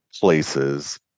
places